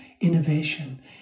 innovation